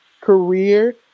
career